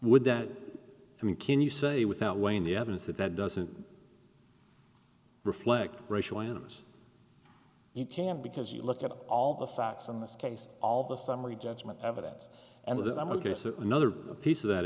would then i mean can you say without weighing the evidence that that doesn't reflect racial animus you can't because you look at all the facts in this case all the summary judgment evidence and that i'm going to another piece of that